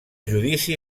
judici